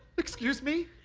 excuse me?